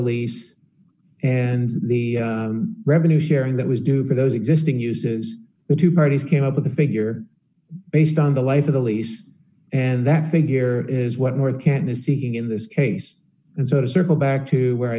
lease and the revenue sharing that was due for those existing uses the two parties came up with a figure based on the life of the lease and that figure is what more can is seeking in this case and so to circle back to where i